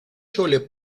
chole